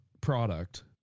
product